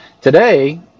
today